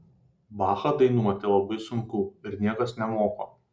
bachą dainuoti labai sunku ir niekas nemoko